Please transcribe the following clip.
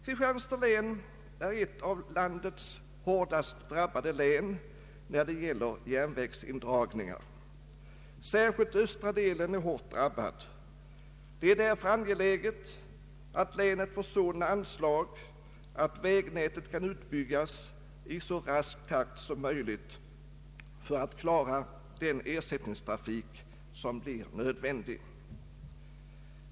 Kristianstads län är ett av landets hårdast drabbade län, när det gäller järnvägsindragningar. Särskilt östra delen är hårt drabbad. Det är därför angeläget att länet får sådana anslag, att vägnätet kan utbyggas i så rask takt som möjligt för att klara den ersättningstrafik som blir nödvändig.